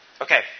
Okay